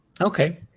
okay